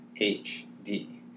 HD